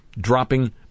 dropping